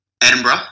Edinburgh